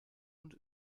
und